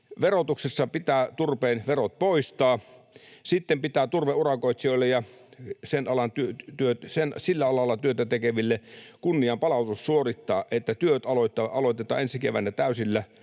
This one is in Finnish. Verotuksessa pitää turpeen verot poistaa. Sitten pitää turveurakoitsijoille ja sillä alalla työtä tekeville kunnianpalautus suorittaa, niin että työt aloitetaan ensi keväänä täysillä ja